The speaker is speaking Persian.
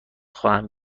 خواهم